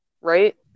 right